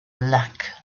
lack